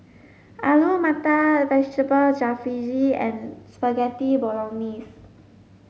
Alu Matar Vegetable Jalfrezi and Spaghetti Bolognese